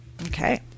Okay